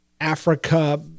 Africa